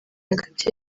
hagati